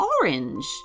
orange